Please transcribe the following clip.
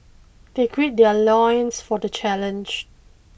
they gird their loins for the challenge